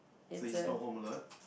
so he's dock home alone